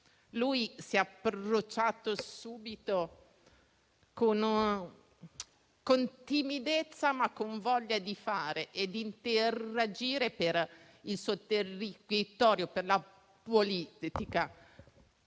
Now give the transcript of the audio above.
Si è approcciato subito con timidezza, ma con voglia di fare e di interagire per il suo territorio, per la politica.